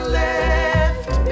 left